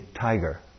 tiger